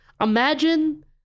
imagine